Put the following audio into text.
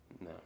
No